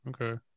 Okay